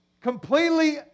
completely